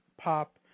pop